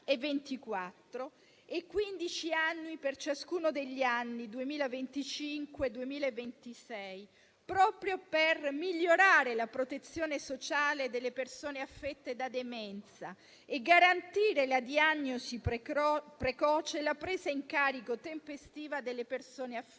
annui per ciascuno degli anni 2025 e 2026, proprio per migliorare la protezione sociale delle persone affette da demenza e garantire la diagnosi precoce e la presa in carico tempestiva delle persone affette